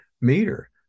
meter